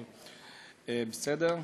אבל בסדר,